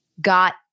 got